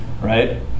right